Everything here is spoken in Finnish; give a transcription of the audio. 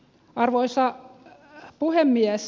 arvoisa puhemies